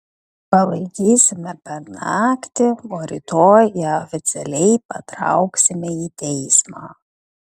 palaikysime per naktį o rytoj ją oficialiai patrauksime į teismą